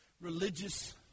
religious